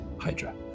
hydra